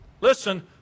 listen